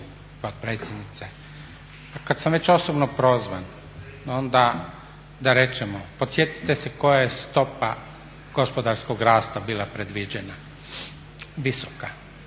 kada sam već osobno prozvan onda da rečemo, podsjetite se koja je stopa gospodarskog rasta bila predviđena, visoka.